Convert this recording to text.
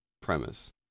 premise